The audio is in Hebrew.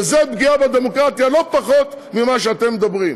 וזאת פגיעה בדמוקרטיה לא פחות ממה שאתם מדברים.